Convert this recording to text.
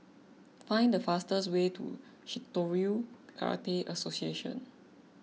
find the fastest way to Shitoryu Karate Association